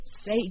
say